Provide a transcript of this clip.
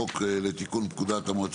על סדר היום הצעת חוק לתיקון פקודת המועצות